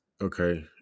okay